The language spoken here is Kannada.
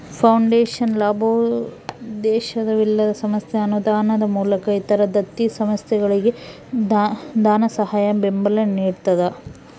ಫೌಂಡೇಶನ್ ಲಾಭೋದ್ದೇಶವಿಲ್ಲದ ಸಂಸ್ಥೆ ಅನುದಾನದ ಮೂಲಕ ಇತರ ದತ್ತಿ ಸಂಸ್ಥೆಗಳಿಗೆ ಧನಸಹಾಯ ಬೆಂಬಲ ನಿಡ್ತದ